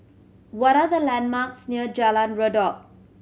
what are the landmarks near Jalan Redop